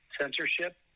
censorship